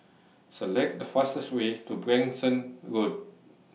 Select The fastest Way to Branksome Road